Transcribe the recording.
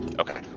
Okay